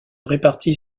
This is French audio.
répartit